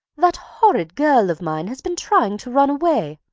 that horrid girl of mine has been trying to run away.